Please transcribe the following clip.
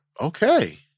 okay